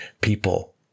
people